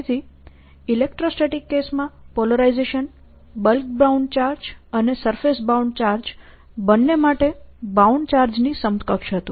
ફરીથી ઇલેક્ટ્રોસ્ટેટિક કેસમાં polarisation bulk bound charge અને સરફેસ બાઉન્ડ ચાર્જ બંને માટે બાઉન્ડ ચાર્જની સમકક્ષ હતું